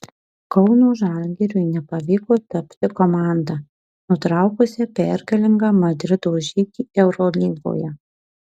kauno žalgiriui nepavyko tapti komanda nutraukusia pergalingą madrido žygį eurolygoje